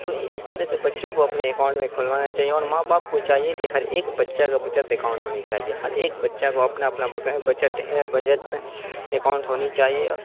تو اس طرح سے بچوں کو اپنے اکاؤنٹ میں کھلوانا چاہئے اور ماں باپ کو چاہیے کہ ہر ایک بچہ کا بچت اکاؤنٹ ہونی چاہیے ہر ایک بچہ کو اپنا اپنا بکایا بچت بجت اکاؤنٹ ہونی چاہیے